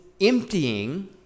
emptying